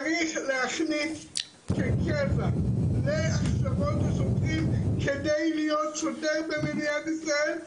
צריך להכניס כקבע להכשרות השוטרים כדי להיות שוטר במדינת ישראל,